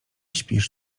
śpisz